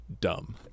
dumb